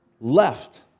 left